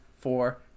Four